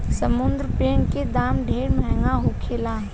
समुंद्री प्रोन के दाम ढेरे महंगा होखेला